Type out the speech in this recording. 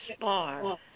Bar